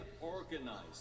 organized